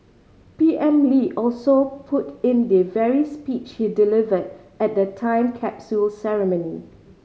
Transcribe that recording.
P M Lee also put in the very speech he delivered at the time capsule ceremony